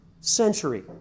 century